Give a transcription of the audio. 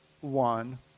one